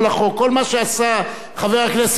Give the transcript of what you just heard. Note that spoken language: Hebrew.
כל מה שעשה חבר הכנסת גפני,